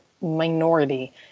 minority